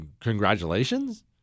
Congratulations